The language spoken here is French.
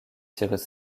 cyrus